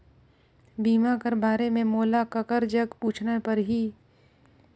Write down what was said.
बीमा कर बारे मे मोला ककर जग पूछना परही?